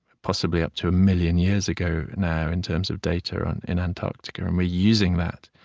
possibly, up to a million years ago now, in terms of data and in antarctica. and we're using that,